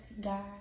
God